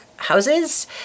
houses